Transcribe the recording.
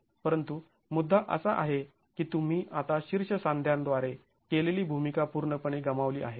परंतु मुद्दा असा आहे की तुम्ही आता शीर्ष सांध्या द्वारे केलेली भूमिका पूर्णपणे गमावली आहे